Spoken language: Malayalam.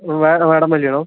വാടാമല്ലിയാണോ